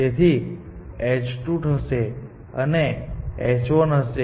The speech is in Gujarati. તેથી તે h2 થશે અને તે h1 હશે